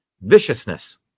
viciousness